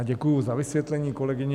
Děkuju za vysvětlení kolegyni.